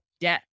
Debt